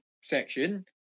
section